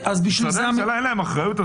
למשרדי הממשלה אין אחריות?